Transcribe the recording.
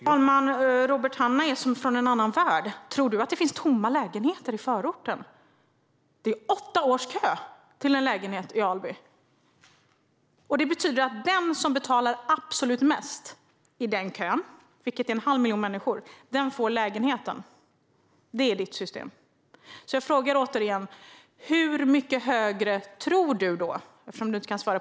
Herr talman! Robert Hannah är som från en annan värld. Tror du att det finns tomma lägenheter i förorten? Det är åtta års kö till en lägenhet i Alby. Detta betyder att den som betalar absolut mest i den kön, som består av en halv miljon människor, får lägenheten. Det är ditt system. Jag frågar återigen, eftersom du inte kunde svara tidigare: Hur mycket högre hyror tror du att det blir?